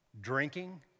drinking